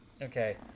Okay